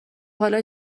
حالا